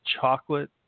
chocolate